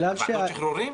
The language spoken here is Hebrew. ועדת שחרורים?